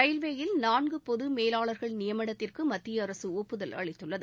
ரயில்வேயில் நான்கு பொது மேலாளர்கள் நியமனத்திற்கு மத்திய அரசு ஒப்புதல் அளித்துள்ளது